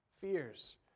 fears